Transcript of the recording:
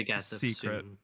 secret